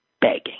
begging